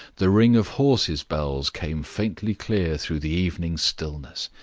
the ring of horses' bells came faintly clear through the evening stillness.